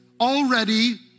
already